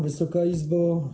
Wysoka Izbo!